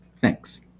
Thanks